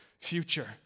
future